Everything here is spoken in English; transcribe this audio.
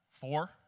Four